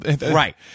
right